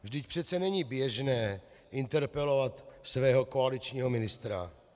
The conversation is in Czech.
Vždyť přece není běžné interpelovat svého koaličního ministra.